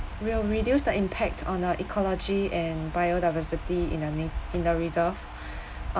will reduce the impact on the ecology and biodiversity in the na~ in the reserve